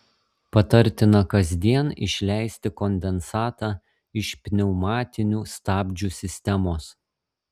patartina kasdien išleisti kondensatą iš pneumatinių stabdžių sistemos